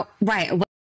right